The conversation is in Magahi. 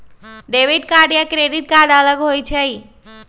डेबिट कार्ड या क्रेडिट कार्ड अलग होईछ ई?